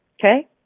Okay